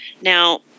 Now